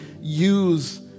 use